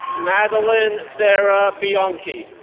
madeline sarah bianchi,